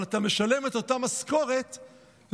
אבל אתה משלם את אותה משכורת לחייל,